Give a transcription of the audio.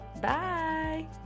Bye